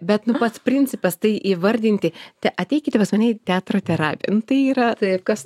bet nu pats principas tai įvardinti tai ateikite pas mane į teatro terapiją nu tai yra tai kas